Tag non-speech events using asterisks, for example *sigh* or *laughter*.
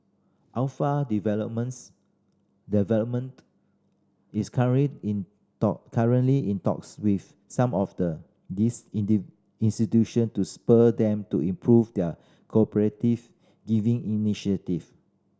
alpha Developments Development is current in talk currently in talks with some of these *unintelligible* institutions to spur them to improve their *unintelligible* giving initiative